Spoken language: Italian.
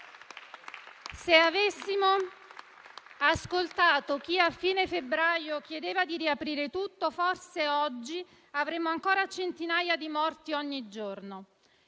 Se avessimo ascoltato chi, a fine febbraio, chiedeva di riaprire tutto, forse oggi avremmo ancora centinaia di morti ogni giorno.